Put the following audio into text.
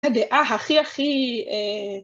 ‫הדעה הכי הכי...